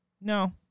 No